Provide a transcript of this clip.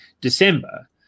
December